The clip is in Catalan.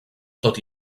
tot